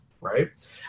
right